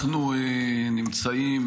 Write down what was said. אנחנו נמצאים,